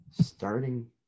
Starting